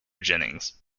jennings